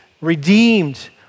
redeemed